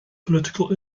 political